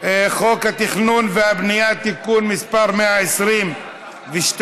חוק התכנון והבנייה (תיקון מס' 122),